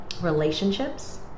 relationships